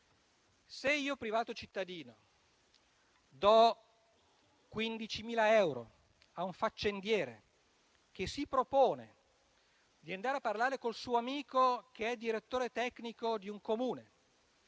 se io privato cittadino do 15.000 euro a un faccendiere che si propone di andare a parlare con il suo amico, direttore tecnico di un Comune,